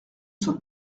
sommes